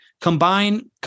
combine